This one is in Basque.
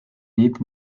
dit